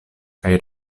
kaj